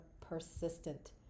persistent